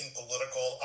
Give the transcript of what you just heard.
political